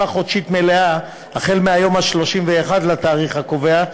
חודשית מלאה החל מהיום ה-31 לתאריך הקובע,